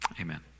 Amen